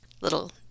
Little